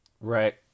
Right